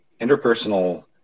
interpersonal